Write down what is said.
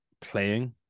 playing